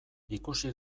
ikusi